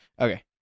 Okay